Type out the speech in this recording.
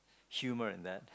humor in that